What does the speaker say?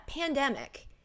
pandemic